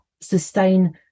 sustain